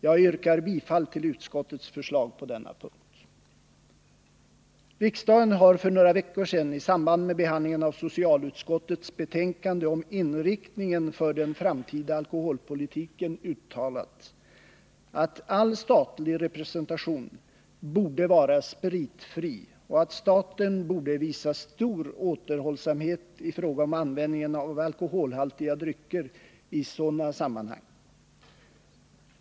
Jag yrkar bifall till utskottets förslag på denna punkt. Riksdagen har för några veckor sedan i samband med behandlingen av socialutskottets betänkande om inriktningen för den framtida alkoholpolitiken uttalat att all statlig representation borde vara spritfri och att staten borde visa stor återhållsamhet i fråga om användningen av alkoholhaltiga drycker i sådana sammanhang.